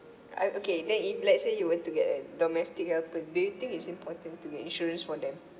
I'm okay then if let's say you were to get a domestic helper do you think it's important to get insurance for them